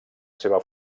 seva